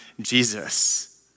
Jesus